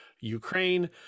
Ukraine